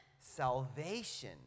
...salvation